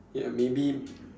ya maybe